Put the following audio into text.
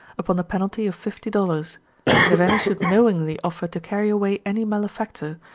upon the penalty of fifty dollars and if any should knowingly offer to carry away any malefactor,